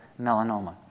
melanoma